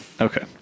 Okay